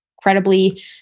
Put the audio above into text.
incredibly